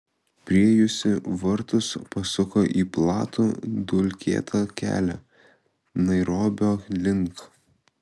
priėjusi vartus pasuko į platų dulkėtą kelią nairobio link